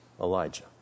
Elijah